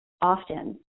often